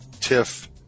Tiff